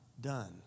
done